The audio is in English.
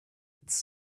its